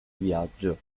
viaggio